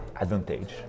advantage